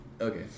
Okay